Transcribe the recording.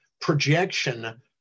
projection